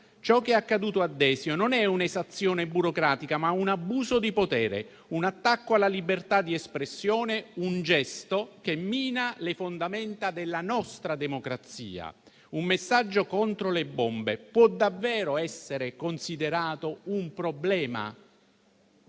Ciò che è accaduto a Desio è non un'esazione burocratica, ma un abuso di potere, un attacco alla libertà di espressione, un gesto che mina le fondamenta della nostra democrazia. Un messaggio contro le bombe può davvero essere considerato un problema?